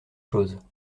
chose